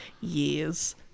years